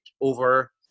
over